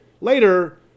Later